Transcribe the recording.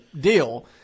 deal